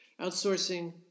outsourcing